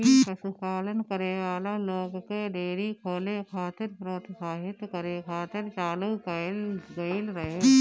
इ पशुपालन करे वाला लोग के डेयरी खोले खातिर प्रोत्साहित करे खातिर चालू कईल गईल रहे